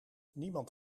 niemand